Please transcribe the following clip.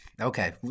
Okay